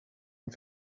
and